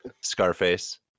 Scarface